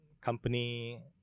company